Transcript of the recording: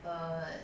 err